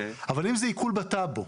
אבל אם זה עיקול בטאבו,